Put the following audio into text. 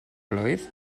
blwydd